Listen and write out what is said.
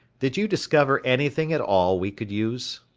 did you discover anything at all we could use?